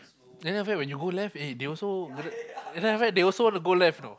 then after that when you go left eh they also then after that they also want to go left you know